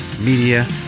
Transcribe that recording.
media